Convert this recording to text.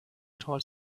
tall